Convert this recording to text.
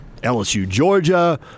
LSU-Georgia